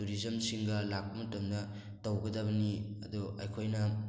ꯇꯨꯔꯤꯖꯝꯁꯤꯡꯒ ꯂꯥꯛꯄ ꯃꯇꯝꯗ ꯇꯧꯒꯗꯕꯅꯤ ꯑꯗꯣ ꯑꯩꯈꯣꯏꯅ